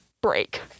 break